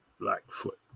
Blackfoot